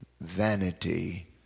vanity